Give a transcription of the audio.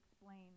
explain